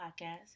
Podcast